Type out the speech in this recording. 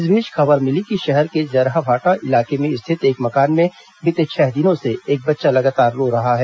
इस बीच खबर मिली कि शहर के जरहाभाटा इलाके में स्थित एक मकान में बीते छह दिनों से एक बच्चा लगातार रो रहा है